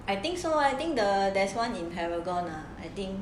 I think so leh I think the there's one in paragon lah I think